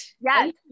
Yes